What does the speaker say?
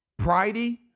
pridey